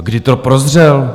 Kdy to prozřel?